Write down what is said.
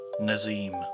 Nazim